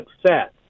success